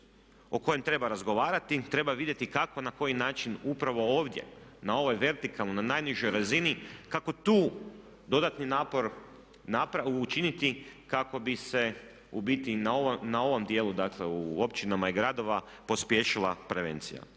o kojem treba razgovarati, treba vidjeti kako i na koji način upravo ovdje na ovoj vertikalnoj, na najnižoj razini kako tu dodatni napor učiniti kako bi se u biti na ovom dijelu, dakle u općinama i gradovima pospješila prevencija.